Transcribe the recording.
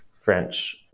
French